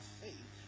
faith